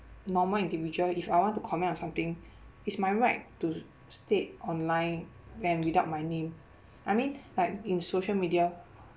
normal individual if I want to comment on something it's my right to state online and without my name I mean like in social media